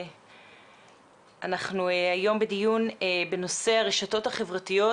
אנחנו היום בדיון בנושא הרשתות החברתיות